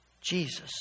Jesus